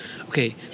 okay